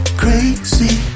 crazy